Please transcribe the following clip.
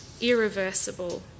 irreversible